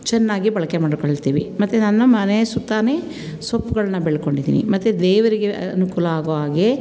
ಚೆನ್ನಾಗಿ ಬಳಕೆ ಮಾಡ್ಕೊಳ್ತೀವಿ ಮತ್ತು ನನ್ನ ಮನೆಯ ಸುತ್ತಲೇ ಸೊಪ್ಪುಳನ್ನ ಬೆಳ್ಕೊಂಡಿದ್ದೀನಿ ಮತ್ತು ದೇವರಿಗೆ ಅನುಕೂಲ ಆಗೋವಾಗೇ